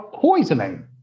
poisoning